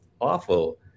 awful